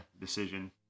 decision